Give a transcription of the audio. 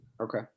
Okay